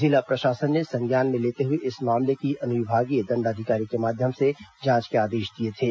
जिला प्रशासन ने संज्ञान में लेते हुए इस मामले की अनुविभागीय दंडाधिकारी के माध्यम से जांच के आदेश दिए थे